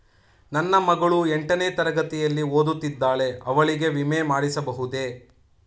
ನನ್ನ ಮಗಳು ಎಂಟನೇ ತರಗತಿಯಲ್ಲಿ ಓದುತ್ತಿದ್ದಾಳೆ ಅವಳಿಗೆ ವಿಮೆ ಮಾಡಿಸಬಹುದೇ?